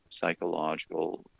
psychological